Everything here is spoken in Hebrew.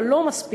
אבל לא מספיק.